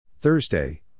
Thursday